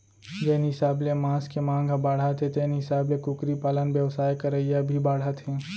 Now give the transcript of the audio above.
जेन हिसाब ले मांस के मांग ह बाढ़त हे तेन हिसाब ले कुकरी पालन बेवसाय करइया भी बाढ़त हें